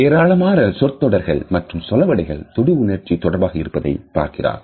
ஏராளமான சொற்றொடர்கள் மற்றும் சொலவடைகள் தொடு உணர்ச்சி தொடர்பாக இருப்பதை பார்க்கிறான்